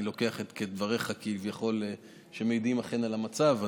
אני לוקח את דבריך כביכול כמעידים אכן על המצב.